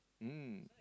mm